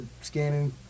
scanning